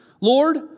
Lord